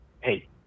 hey